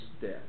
death